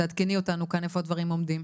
תעדכני אותו כאן איפה הדברים עומדים.